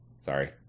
Sorry